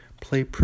play